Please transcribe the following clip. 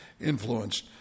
influenced